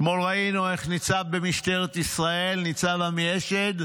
אתמול ראינו איך ניצב במשטרת ישראל, ניצב עמי אשד,